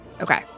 Okay